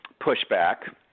pushback